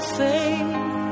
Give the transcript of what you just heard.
faith